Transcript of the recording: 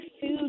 food